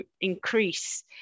increase